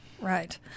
right